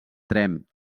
tremp